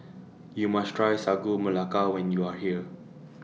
YOU must Try Sagu Melaka when YOU Are here